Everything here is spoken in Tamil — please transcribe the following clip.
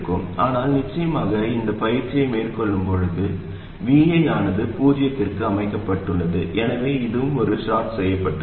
ஆனால் நிச்சயமாக இந்த பயிற்சியை மேற்கொள்ளும் போது Vi ஆனது பூஜ்ஜியத்திற்கு அமைக்கப்பட்டுள்ளது எனவே இதுவும் ஒரு ஷார்ட் செய்யப்பட்டவை